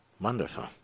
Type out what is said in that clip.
Wonderful